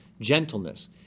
gentleness